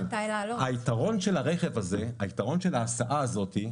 היתרון של הרכב הזה, היתרון של ההסעה הזאת,